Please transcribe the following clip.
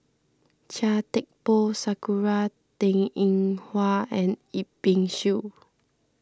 Chia Thye Poh Sakura Teng Ying Hua and Yip Pin Xiu